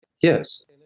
Yes